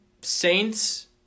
Saints